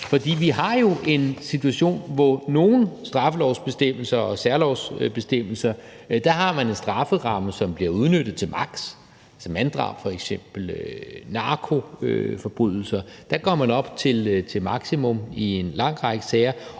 For vi har jo en situation, hvor vi i nogle straffelovsbestemmelser og særlovbestemmelser har en strafferamme, som bliver udnyttet til maks. Ved f.eks. manddrab og narkoforbrydelser går man op til maksimum i en lang række sager.